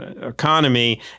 economy